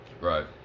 right